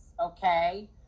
okay